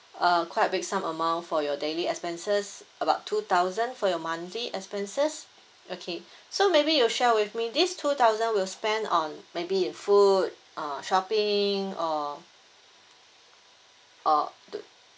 uh quite a big sum amount for your daily expenses about two thousand for your monthly expenses okay so maybe you share with me this two thousand will spend on maybe in food uh shopping or or do